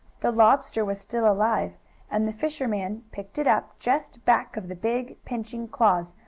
the lobster was still alive and the fisherman picked it up just back of the big, pinching claws,